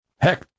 Heck